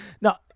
No